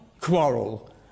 quarrel